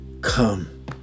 come